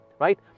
Right